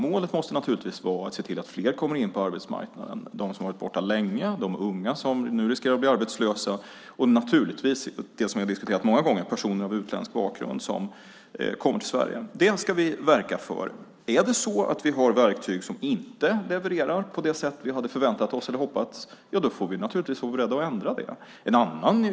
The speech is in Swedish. Målet måste naturligtvis vara att se till att fler kommer in på arbetsmarknaden. Det gäller dem som har varit borta länge och de unga som nu riskerar att bli arbetslösa och naturligtvis, vilket vi har diskuterat många gånger, personer av utländsk bakgrund som kommer till Sverige. Det ska vi verka för. Är det så att vi har verktyg som inte levererar på det sätt vi hade förväntat oss eller hoppats får vi naturligtvis vara beredda att ändra detta.